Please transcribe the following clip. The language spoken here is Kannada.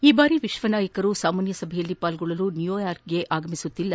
ಈ ಬಾರಿ ವಿಶ್ವ ನಾಯಕರು ಸಾಮಾನ್ನ ಸಭೆಯಲ್ಲಿ ಪಾಲ್ಗೊಳ್ಳಲು ನ್ಗೂಯಾರ್ಕ್ಗೆ ಆಗಮಿಸುತ್ತಿಲ್ಲ